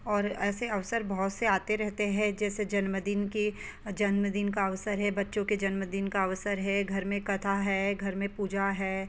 और ऐसे अवसर बहुत से आते रहते हैं जैसे जन्मदिन की जन्मदिन का अवसर है बच्चों के जन्मदिन का अवसर है घर में कथा है घर में पूजा है